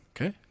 Okay